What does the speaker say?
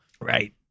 Right